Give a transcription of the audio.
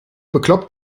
bekloppt